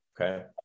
Okay